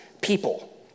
people